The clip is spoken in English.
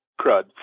crud